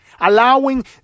allowing